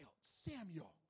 Samuel